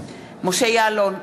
משה יעלון,